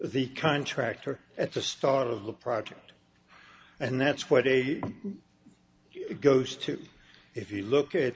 the contractor at the start of the project and that's what they it goes to if you look at it